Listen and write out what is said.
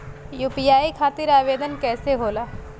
UPI खातिर आवेदन कैसे होला?